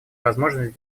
возможность